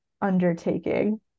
undertaking